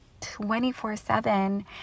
24-7